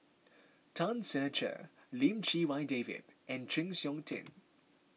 Tan Ser Cher Lim Chee Wai David and Chng Seok Tin